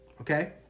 Okay